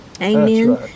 Amen